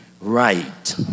right